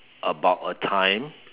about a time